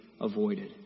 avoided